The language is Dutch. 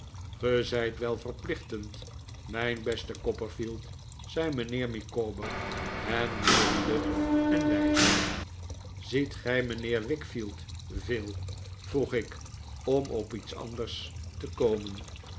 zijt wel verplichtend mijn beste copperfield zei mijnheer micawber en neuriede een wijsje ziet gij mijnheer wickfield veel vroeg ik om op iets anders te komen